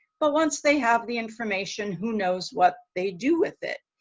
but once they have the information who knows what they do with it.